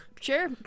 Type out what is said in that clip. Sure